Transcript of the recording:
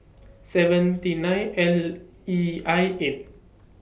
seventy nine L E I eight